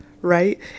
right